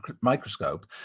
microscope